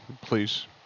please